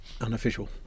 unofficial